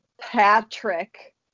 Patrick